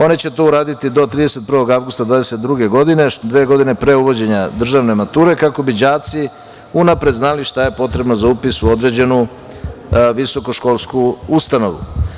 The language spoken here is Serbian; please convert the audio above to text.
One će to uraditi do 31. avgusta 2022. godine, dve godine pre uvođenja državne mature kako bi đaci unapred znali šta je potrebno za upis u određenu visokoškolsku ustanovu.